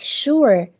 sure